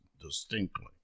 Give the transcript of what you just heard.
distinctly